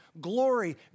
glory